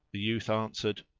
the youth answered,